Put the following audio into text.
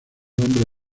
hombre